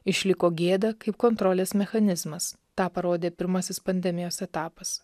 išliko gėda kaip kontrolės mechanizmas tą parodė pirmasis pandemijos etapas